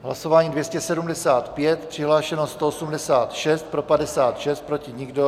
Hlasování 275, přihlášeno 186, pro 56, proti nikdo.